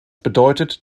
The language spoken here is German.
bedeutet